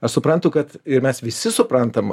aš suprantu kad ir mes visi suprantam